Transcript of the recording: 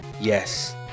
Yes